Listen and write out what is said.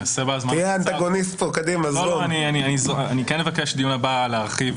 כן, אני אבקש דיון הבא להרחיב.